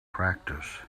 practice